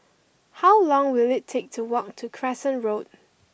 how long will it take to walk to Crescent Road